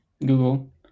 Google